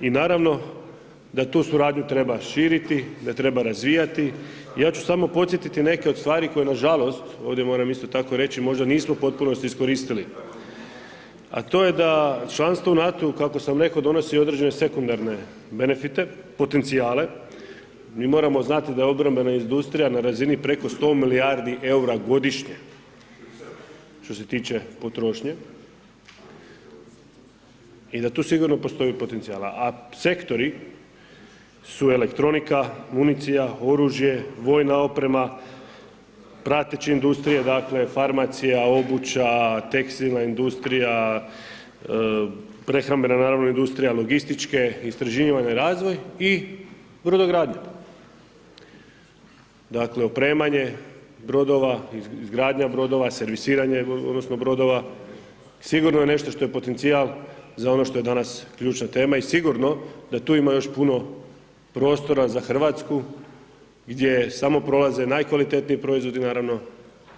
I naravno, da tu suradnju treba širiti, da treba razvijati, ja ću samo podsjetiti neke od stvari koje nažalost ovdje moram isto tako reći možda nismo u potpunosti iskoristili, a to je da članstvo u NATO-u, kako sam rekao, donosi određene sekundarne benefite, potencijale, mi moramo znati da obrambena industrija na razini preko 100 milijardi EUR-a godišnje što se tiče potrošnje i da tu sigurno postoji potencijala, a sektori su elektronika, municija, oružje, vojna oprema, prateća industrija, dakle, farmacija, obuća, tekstilna industrija, prehrambena naravno industrija, logističke, istraživanja i razvoj i brodogradnja, dakle, opremanje brodova, izgradnja brodova, servisiranje odnosno brodova, sigurno je nešto što je potencijal za ono što je danas ključna tema i sigurno da tu ima još puno prostora za RH gdje samo prolaze najkvalitetniji proizvodi naravno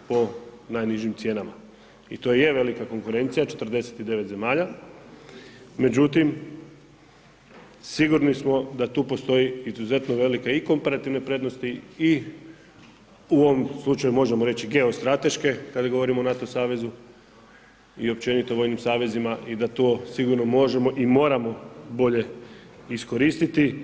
po najnižim cijenama i to je velika konkurencija 49 zemalja, međutim, sigurni smo da tu postoji izuzetno velike i komparativne prednosti i u ovom slučaju možemo reći geostrateške kad govorimo o NATO savezu i općenito vojnim savezima i da to sigurno možemo i moramo bolje iskoristiti.